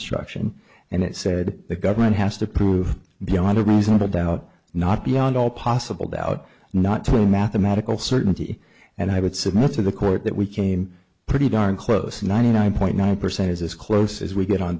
nstruction and it said the government has to prove beyond a reasonable doubt not beyond all possible doubt not to mathematical certainty and i would submit to the court that we came pretty darn close ninety nine point nine percent is as close as we get on